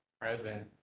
Present